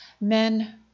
men